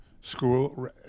school